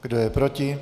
Kdo je proti?